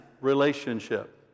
relationship